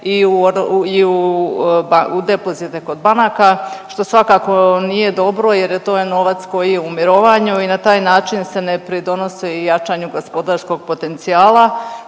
u depozite kod banaka što svakako nije dobro jer to je novac koji je u mirovanju i na taj način se ne pridonosi jačanju gospodarskog potencijala.